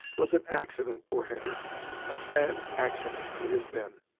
twas an accident, poor hetty a sad accident it has been!